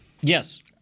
Yes